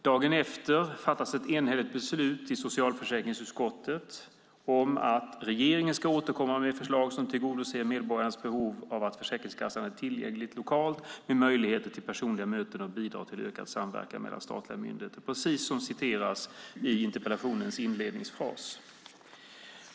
Dagen efter fattas ett enhälligt beslut i socialförsäkringsutskottet om att regeringen ska återkomma med förslag som tillgodoser medborgarnas behov av att Försäkringskassan är tillgänglig lokalt med möjligheter till personliga möten och bidrar till ökad samverkan mellan statliga myndigheter, precis som refereras i interpellationens inledningsfras.